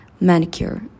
Manicure